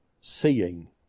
seeing